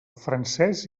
francès